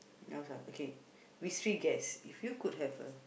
yours ah okay mystery guest if you could have a